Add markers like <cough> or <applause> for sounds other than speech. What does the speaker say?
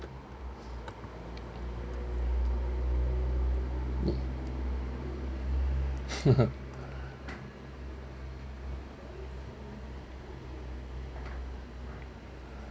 <laughs>